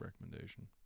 recommendation